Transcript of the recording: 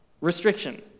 Restriction